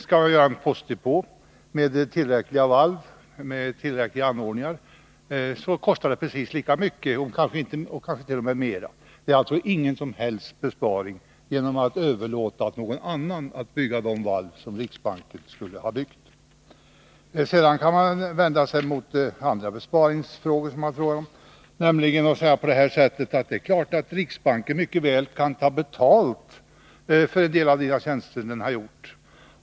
Skall det inrättas en postdepå med tillräckliga valv och anordningar kostar det precis lika mycket, kanske t.o.m. mer. Det är alltså ingen som helst besparing att överlåta åt någon annan att bygga de valv som riksbanken skulle ha byggt. Man kan också vända sig mot andra av de besparingar som det är fråga om. Det är klart att riksbanken mycket väl kan ta betalt för en del av sina tjänster.